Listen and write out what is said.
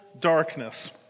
darkness